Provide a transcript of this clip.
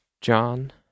John